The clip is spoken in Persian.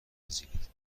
بپذیرید